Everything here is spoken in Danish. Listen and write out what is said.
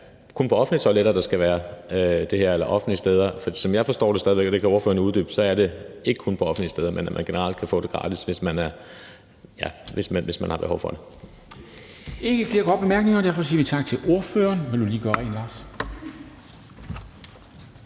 er på offentlige toiletter, det her skal være, eller offentlige steder. For som jeg forstår det, og det kan ordføreren uddybe, så er det ikke kun på offentlige steder, men at man generelt kan få det gratis, hvis man har behov for det.